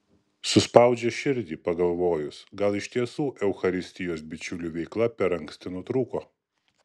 suspaudžia širdį pagalvojus gal iš tiesų eucharistijos bičiulių veikla per anksti nutrūko